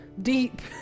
deep